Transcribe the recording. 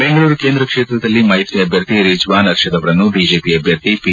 ಬೆಂಗಳೂರು ಕೇಂದ್ರ ಕ್ಷೇತ್ರದಲ್ಲಿ ಮೈತ್ರಿ ಅಭ್ಯರ್ಥಿ ರಿಜ್ವಾನ್ ಅರ್ಷದ್ ಅವರನ್ನು ಬಿಜೆಪಿ ಅಭ್ಯರ್ಥಿ ಪಿ